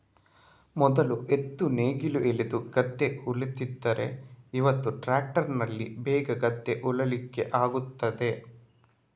ಮೊದ್ಲು ಎತ್ತು ನೇಗಿಲು ಎಳೆದು ಗದ್ದೆ ಉಳ್ತಿದ್ರೆ ಇವತ್ತು ಟ್ರ್ಯಾಕ್ಟರಿನಲ್ಲಿ ಬೇಗ ಗದ್ದೆ ಉಳ್ಳಿಕ್ಕೆ ಆಗ್ತದೆ